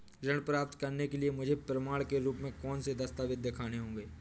ऋण प्राप्त करने के लिए मुझे प्रमाण के रूप में कौन से दस्तावेज़ दिखाने होंगे?